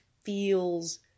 feels